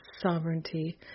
sovereignty